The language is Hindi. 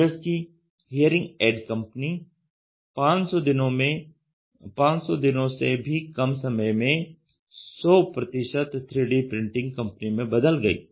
US की हीयरिंग ऐड कंपनी 500 दिनों से भी कम समय में 100 3D प्रिंटिंग कंपनी में बदल गई